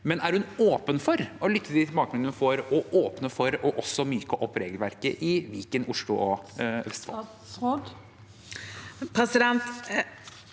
men er hun åpen for å lytte til tilbakemeldingene hun får, og åpen for også å myke opp regelverket i Viken, Oslo og Vestfold?